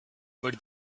but